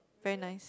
very nice